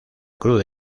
cruz